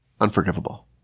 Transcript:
unforgivable